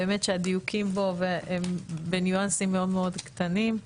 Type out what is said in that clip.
באמת שהדיוקים בו הם בניואנסים מאוד מאוד קטנים.